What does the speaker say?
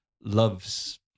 loves